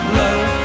love